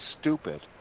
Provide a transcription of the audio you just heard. stupid